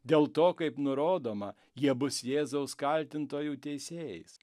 dėl to kaip nurodoma jie bus jėzaus kaltintojų teisėjais